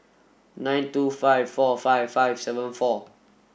nine two five four five five seven four